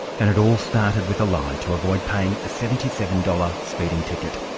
and it all started with a lie to avoid paying a seventy seven dollars speeding ticket.